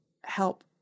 help